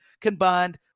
combined